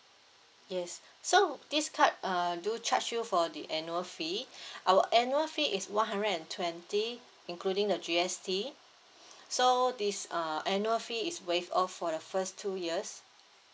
yes so this card uh do charge you for the annual fee our annual fee is one hundred and twenty including the G_S_T so this uh annual fee is waive off for the first two years